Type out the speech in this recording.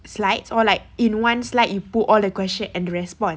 slides or like in one slide you put all